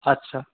আচ্ছা